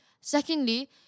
Secondly